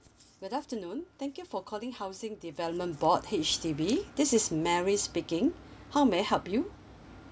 good afternoon thank you for calling housing develop board H_D_B this is mary speaking how may I help you